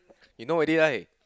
you know already right